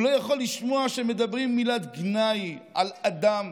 הוא לא יכול לשמוע שמדברים מילת גנאי על אדם.